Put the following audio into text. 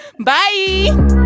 Bye